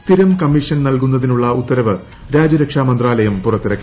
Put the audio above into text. സ്ഥിരം കമ്മീഷൻ നൽകുന്നൃതിന്റുള്ള ഉത്തരവ് രാജ്യരക്ഷാ മന്ത്രാലയം പൂറത്തിറക്കി